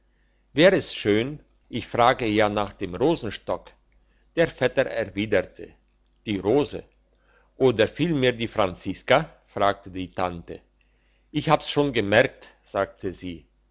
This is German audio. wer ist schön ich frage ja nach dem rosenstock der vetter erwiderte die rose oder vielmehr die franziska fragte die tante ich hab's schon gemerkt sagte sie